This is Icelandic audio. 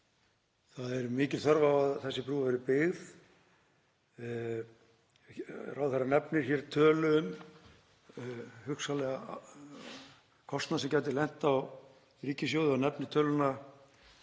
það er mikil þörf á að þessi brú verði byggð. Ráðherra nefnir hér hugsanlegan kostnað sem gæti lent á ríkissjóði og nefnir töluna